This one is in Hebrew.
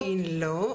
עדיין לא.